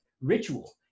ritual